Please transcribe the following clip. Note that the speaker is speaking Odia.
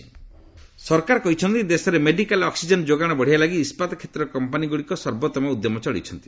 ଗଭ୍ ଷ୍ଟିଲ୍ ସେକୁର ସରକାର କହିଛନ୍ତି ଦେଶରେ ମେଡିକାଲ୍ ଅକ୍ଟିଜେନ୍ ଯୋଗାଣ ବଢ଼ାଇବା ଲାଗି ଇସ୍କାତ କ୍ଷେତ୍ରର କମ୍ପାନୀଗୁଡ଼ିକ ସର୍ବୋତ୍ତମ ଉଦ୍ୟମ ଚଳାଇଛନ୍ତି